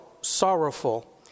sorrowful